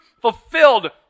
fulfilled